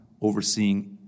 overseeing